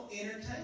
entertain